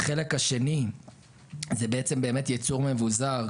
החלק השני זה ייצור מבוזר,